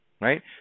right